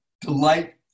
delight